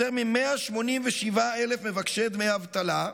יש יותר מ-187,000 מבקשי דמי אבטלה,